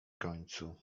końcu